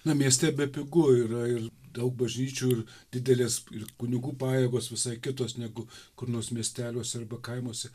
na mieste bepigu yra ir daug bažnyčių ir didelės ir kunigų pajėgos visai kitos negu kur nors miesteliuose arba kaimuose